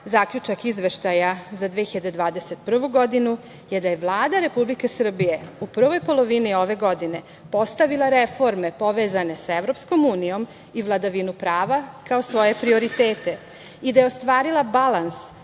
zaključak Izveštaja za 2021. godinu je da je Vlada Republike Srbije u prvoj polovini ove godine postavila reforme povezane sa EU i vladavinu prava kao svoje prioritete i da je ostvarila balans